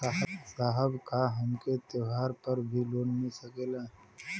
साहब का हमके त्योहार पर भी लों मिल सकेला?